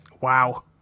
Wow